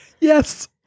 yes